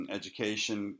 education